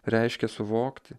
reiškia suvokti